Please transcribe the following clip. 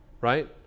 right